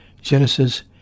Genesis